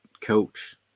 coach